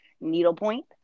needlepoint